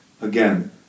Again